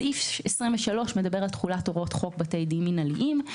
סעיף 23 מדבר על תחולת הוראות חוק בתי דין מינהליים.